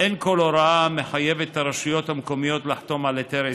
אין כל הוראה המחייבת את הרשויות המקומיות לחתום על היתר עסקה,